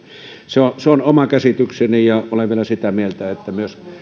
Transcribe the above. se on se on oma käsitykseni ja olen vielä sitä mieltä että myös